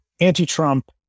anti-Trump